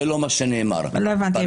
לא הבנתי.